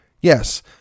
Yes